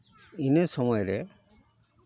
ᱤᱱᱟᱹ ᱥᱚᱢᱚᱭ ᱨᱮ